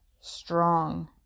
strong